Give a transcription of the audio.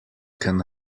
can